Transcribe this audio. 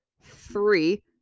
three